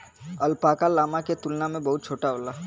alpaca, llama के तुलना में बहुत छोट होला